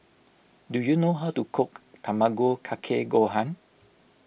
do you know how to cook Tamago Kake Gohan